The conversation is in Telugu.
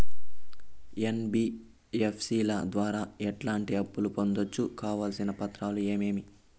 ఎన్.బి.ఎఫ్.సి ల ద్వారా ఎట్లాంటి అప్పులు పొందొచ్చు? కావాల్సిన పత్రాలు ఏమేమి?